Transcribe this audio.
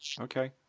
Okay